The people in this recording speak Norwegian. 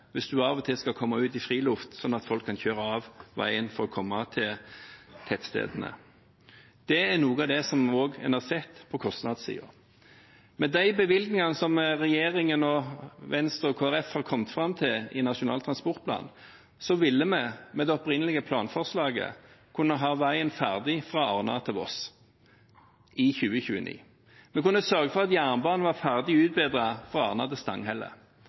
hvis du av og til skal komme ut i friluft, sånn at folk kan kjøre av veien for å komme til tettstedene. Dette er noe av det en også har sett på kostnadssiden. Med de bevilgningene som regjeringen og Venstre og Kristelig Folkeparti har kommet fram til i Nasjonal transportplan, ville vi – med det opprinnelige planforslaget – kunne ha veien ferdig fra Arna til Voss i 2029, og vi kunne sørget for at jernbanen var ferdig utbedret fra Arna til Stanghelle.